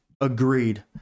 agreed